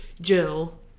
Jill